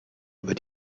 über